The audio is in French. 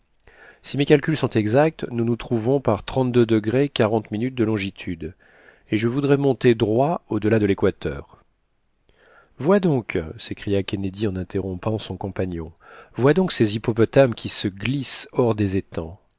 si mes calculs sont exacts nous nous trouvons par de longitude et je voudrais monter droit au delà de l'équateur vois donc s'écria kennedy en interrompant son compagnon vois donc ces hippopotames qui se glissent hors des étangs